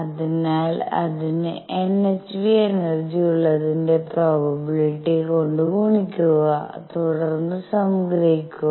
അതിനാൽ അതിന് nhν energy ഉള്ളതിന്റെ പ്രോബബിലിറ്റി കൊണ്ട് ഗുണിക്കുക തുടർന്ന് സംഗ്രഹിക്കുക